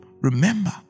Remember